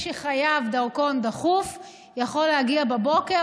מי שחייב דרכון דחוף יכול להגיע בבוקר.